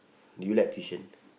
do you like tuition